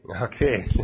Okay